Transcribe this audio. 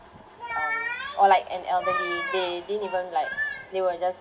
um or like an elderly they didn't even like they will just